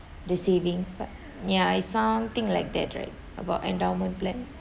the saving pa~ ya it's something like that right about endowment plan